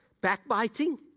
backbiting